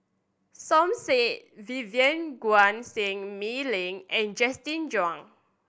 Som Said Vivien Quahe Seah Mei Lin and Justin Zhuang